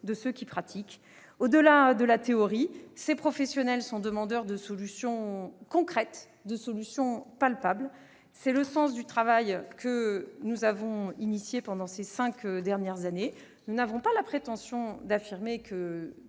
leur pratique quotidienne. Au-delà de la théorie, ces professionnels sont demandeurs de solutions concrètes, palpables. C'est le sens du travail que nous avons engagé durant les cinq dernières années. Nous n'avons pas la prétention d'affirmer que